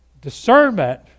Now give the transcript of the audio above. discernment